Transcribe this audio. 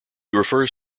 refers